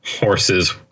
horses